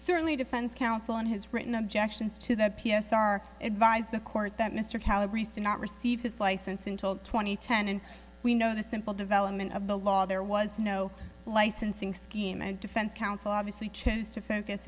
certainly defense counsel in his written objections to the p s r advised the court that mr calories do not receive his license and told twenty ten and we know the simple development of the law there was no licensing scheme and defense counsel obviously chose to focus